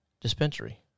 dispensary